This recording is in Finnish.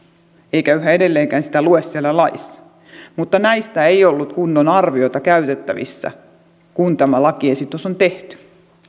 eikä yhä edelleenkään sitä lue siellä laissa mutta näistä ei ollut kunnon arviota käytettävissä kun tämä lakiesitys on tehty